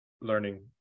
learning